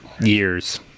years